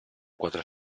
quatre